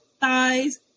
thighs